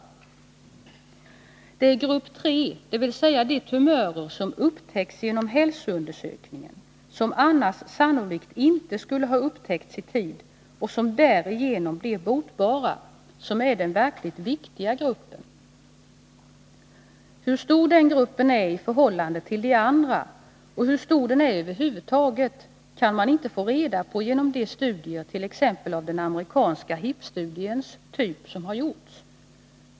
Det är grupp 3 — dvs. de tumörer som upptäckts genom hälsoundersökningen, som annars sannolikt inte skulle ha upptäckts i tid och som därigenom är botbara — som är den verkligt viktiga gruppen. Hur stor den gruppen är i förhållande till de andra och hur stor den är över huvud taget kan maninte få reda på genom de studier avt.ex. den amerikanska HIP-studiens typ som har gjorts.